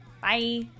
Bye